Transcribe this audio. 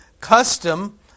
Custom